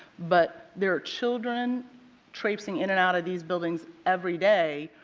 but there are children traipsing in and out of these buildings every day,